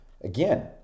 Again